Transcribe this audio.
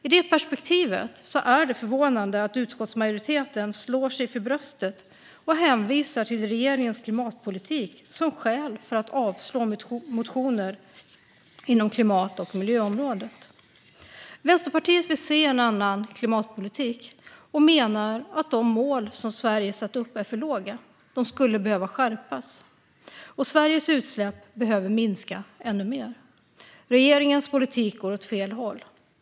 I det perspektivet är det förvånande att utskottsmajoriteten slår sig för bröstet och hänvisar till regeringens klimatpolitik som skäl för att avslå motioner inom klimat och miljöområdet. Vänsterpartiet vill se en annan klimatpolitik och menar att de mål som Sverige satt upp är för låga. De skulle behöva skärpas, och Sveriges utsläpp behöver minska ännu mer. Regeringens politik går åt fel håll.